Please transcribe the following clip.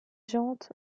jantes